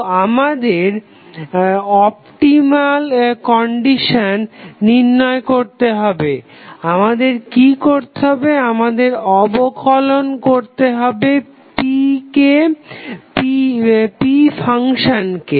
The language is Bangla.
তো আমাদের অপটিমালিটি কনডিসান নির্ণয় করতে হবে আমাদের কি করতে হবে আমাদের অবকলন করতে হবে p ফ্যানসানকে